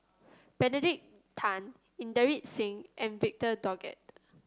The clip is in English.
Benedict Tan Inderjit Singh and Victor Doggett